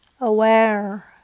aware